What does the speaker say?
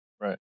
Right